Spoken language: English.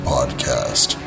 Podcast